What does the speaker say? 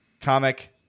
comic